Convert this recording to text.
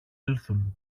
έλθουν